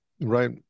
Right